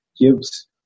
gives